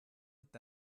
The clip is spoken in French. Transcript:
est